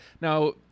Now